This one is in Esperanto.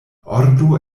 ordo